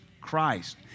Christ